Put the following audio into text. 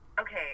okay